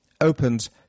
Opens